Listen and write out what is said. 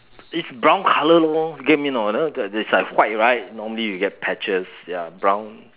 it's brown colour lor get what I mean or not it's like white right normally you get patches ya brown